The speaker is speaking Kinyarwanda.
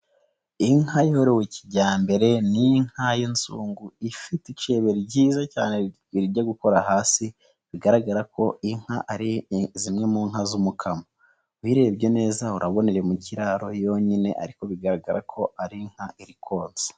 Inka yorowe kijyambere ni inka y'inzu ifite icebe ryiza cyane rijya gukora hasi bigaragara ko inka ari zimwe mu nka z'umukamo ubirebye neza urabona iri mu kiraro yonyine ariko bigaragara ko ari inka irikonsa.